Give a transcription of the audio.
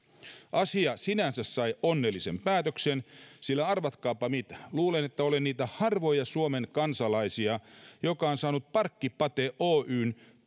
asia sinänsä sai onnellisen päätöksen sillä arvatkaapa mitä luulen että olen niitä harvoja suomen kansalaisia joka on saanut parkkipate oyn